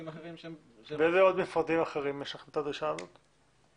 באיזה עוד מפרטים יש לכם את הדרישה הזאת?